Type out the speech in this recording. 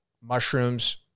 mushrooms